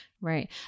right